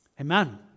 Amen